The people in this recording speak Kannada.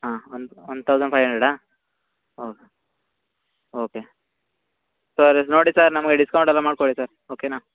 ಹಾಂ ಒಂದು ಒನ್ ತೌಸಂಡ್ ಫೈವ್ ಅಂಡ್ರೆಡ್ಡಾ ಓ ಓಕೆ ಸರ್ ಇದು ನೋಡಿ ಸರ್ ನಮಗೆ ಡಿಸ್ಕೌಂಟ್ ಎಲ್ಲ ಮಾಡಿಕೊಡಿ ಸರ್ ಓಕೆನಾ